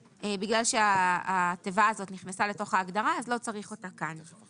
בגלל שהתיבה הזאת נכנסה לתוך ההגדרה אז לא צריך אותה כאן.